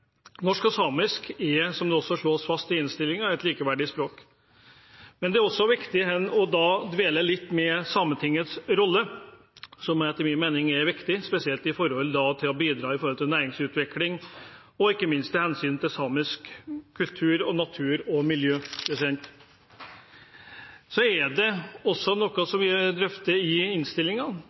Norsk og samisk er, som det også slås fast i innstillingen, likeverdige språk. Men det er også viktig å dvele litt ved Sametingets rolle, som etter min mening er viktig, spesielt når det gjelder å bidra til næringsutvikling, og ikke minst med hensyn til samisk kultur, natur og miljø. Noe vi også drøfter i